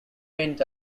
went